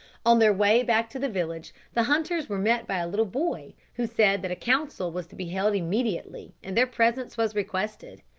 on their way back to the village the hunters were met by a little boy, who said that a council was to be held immediately, and their presence was requested.